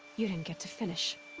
you didn't get to finish.